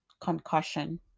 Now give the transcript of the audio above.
Concussion